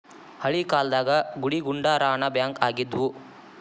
ಹಳೇ ಕಾಲ್ದಾಗ ಗುಡಿಗುಂಡಾರಾನ ಬ್ಯಾಂಕ್ ಆಗಿದ್ವು